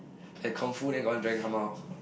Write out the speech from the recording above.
that kung fu then got one dragon come out